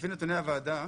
לפי נתוני הוועדה